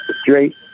straight